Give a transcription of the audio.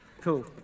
cool